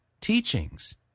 teachings